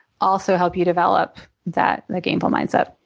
also help you develop that that gameful mindset.